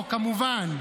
ורעייתו, כמובן.